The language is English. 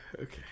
okay